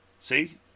See